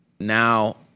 now